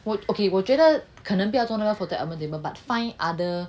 okay 我觉得可能不要做那个 photo album table but find other